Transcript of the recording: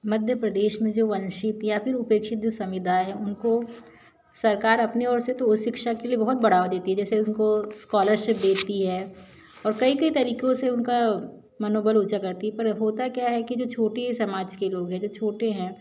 मध्य प्रदेश में जो वंचित या फिर उपेक्षित जो समुदाय है उनको सरकार अपनी ओर से तो उच्च शिक्षा के लिए बहुत बढ़ावा देती है जैसे उनको एस्कॉलरसिप देती है और कई कई तरीकों से उनका मनोबल ऊंचा करती है पर होता क्या है कि जो छोटी समाज के लोग है जो छोटे हैं